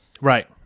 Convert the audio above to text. Right